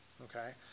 okay